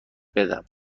بدم